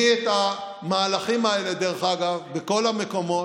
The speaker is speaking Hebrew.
אני, את המהלכים האלה, דרך אגב, בכל המקומות,